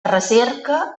recerca